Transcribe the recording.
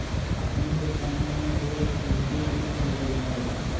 अखनि के समय में हे रेक यंत्रीकृत हो गेल हइ